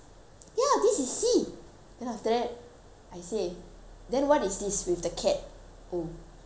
then after that I say then what is this with the cat oh uh that is C